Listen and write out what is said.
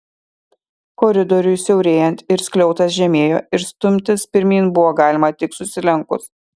koridoriui siaurėjant ir skliautas žemėjo ir stumtis pirmyn buvo galima tik susilenkus